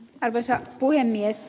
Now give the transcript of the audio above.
arvoisa puhemies